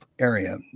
area